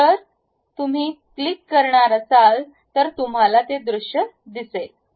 तर जर तुम्ही क्लिक करणार असाल तर तुम्हाला ते दृश्य दिसेल